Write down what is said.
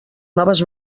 noves